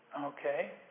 Okay